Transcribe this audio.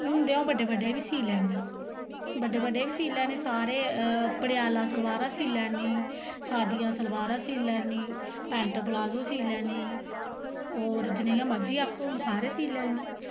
हून ते अ'ऊं बड्डे बड्डे दे बी सी लैन्नी बड्डे बड्डे बी सी लैन्नी सारे पटियाला सलवारां सी लैन्नी सादियां सलवारां सी लैन्नी पैंट प्लाजो सी लैन्नी होर जनेहियां मर्जी आक्खो हून सारे सी लैन्नी